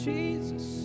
Jesus